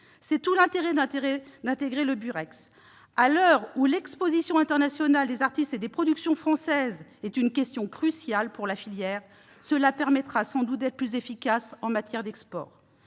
export de la musique française : à l'heure où l'exposition internationale des artistes et des productions français est une question cruciale pour la filière, cela permettra sans doute d'être plus efficace en matière d'export.